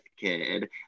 kid